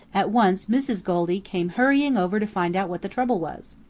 at once mrs. goldy came hurrying over to find out what the trouble was.